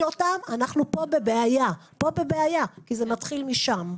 אותם אנחנו פה בבעיה כי זה מתחיל משם.